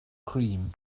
cream